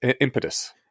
impetus